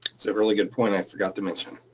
it's a really good point, i forgot to mention.